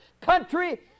country